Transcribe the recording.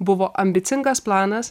buvo ambicingas planas